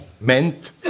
meant